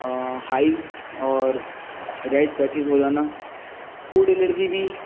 hives اور red patches ہو جانا فوڈ الرجی بھی